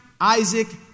Isaac